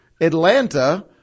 Atlanta